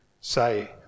say